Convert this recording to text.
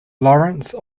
laurence